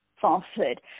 falsehood